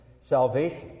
salvation